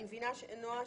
אני מבינה, נועה,